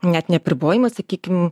net neapribojimas sakykim